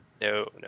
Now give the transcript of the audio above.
no